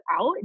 out